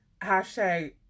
hashtag